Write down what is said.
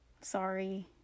Sorry